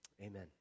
Amen